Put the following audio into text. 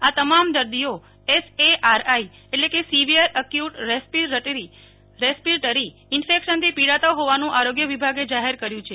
આ તમામ દર્દીઓ સર્વર એક્યુટ રેસ્પિરટરી ઈન્ફેકશનથી પીડાતા હોવાનું આરોગ્ય વિભાગે જાહેર કર્યું છે